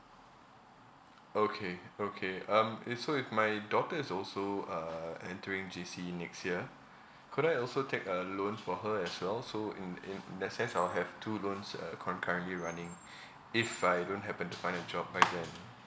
okay okay um if so if my daughter is also uh entering J_C next year could I also take a loan for her as well so in in in that sense I'll have two loans uh concurrently running if I don't happen to find a job by then